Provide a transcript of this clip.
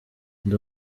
ndi